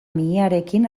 mihiarekin